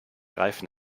reifen